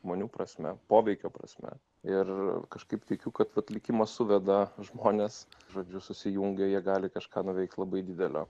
žmonių prasme poveikio prasme ir kažkaip tikiu kad vat likimas suveda žmones žodžiu susijungę jie gali kažką nuveikt labai didelio